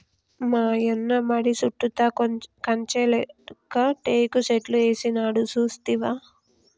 మాయన్న మడి సుట్టుతా కంచె లేక్క టేకు సెట్లు ఏసినాడు సూస్తివా